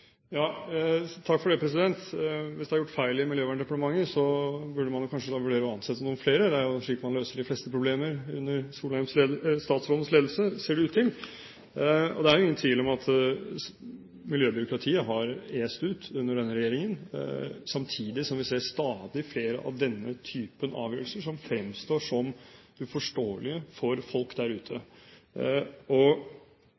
Hvis det er gjort feil i Miljøverndepartementet, så burde man kanskje vurdere å ansette noen flere. Det er jo slik man løser de fleste problemer under statsråd Solheims ledelse, ser det ut til. Og det er ingen tvil om at miljøbyråkratiet har est ut under denne regjeringen, samtidig som vi ser stadig flere av denne typen avgjørelser, som fremstår som uforståelige for folk der ute.